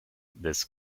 this